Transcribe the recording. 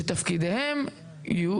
שתפקידיהם יהיו